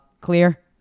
Clear